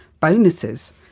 bonuses